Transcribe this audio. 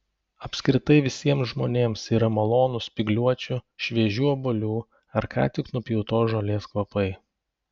apskritai visiems žmonėms yra malonūs spygliuočių šviežių obuolių ar ką tik nupjautos žolės kvapai